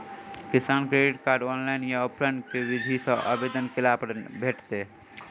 किसान credit card, online या offline केँ विधि सँ आवेदन कैला पर बनैत अछि?